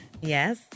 Yes